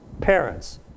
parents